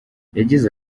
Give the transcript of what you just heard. yagize